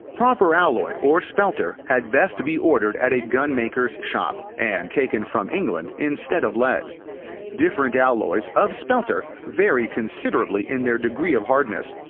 proper alloy, or spelter, had best be ordered at a gun-maker's shop, and taken from england instead of lead different alloys of spelter vary considerably in their degree of hardness,